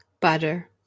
Butter